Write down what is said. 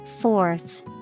Fourth